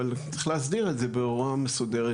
אבל צריך להסדיר את זה בהוראה מסודרת,